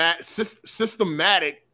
systematic